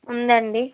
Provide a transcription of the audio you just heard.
ఉందండి